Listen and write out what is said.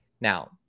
Now